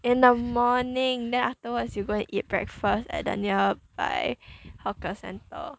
in the morning then afterwards you go and eat breakfast at a nearby hawker centre